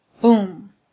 boom